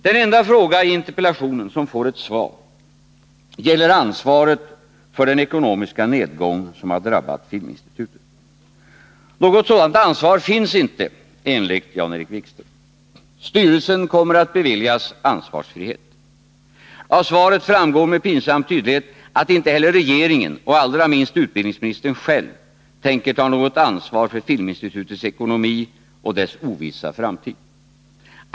Den enda fråga i interpellationen som får ett svar gäller ansvaret för den ekonomiska nedgång som har drabbat Filminstitutet. Något sådant ansvar finns inte enligt Jan-Erik Wikström. Styrelsen kommer att beviljas ansvarsfrihet. Av svaret framgår med pinsam tydlighet att inte heller regeringen och allra minst utbildningsministern själv tänker ta något ansvar för Filminstitutets ekonomi och dess ovissa framtid.